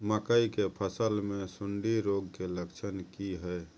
मकई के फसल मे सुंडी रोग के लक्षण की हय?